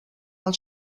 als